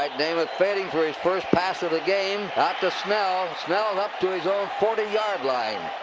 namath fading for his first pass of the game. out to snell. snell up to his own forty yard line.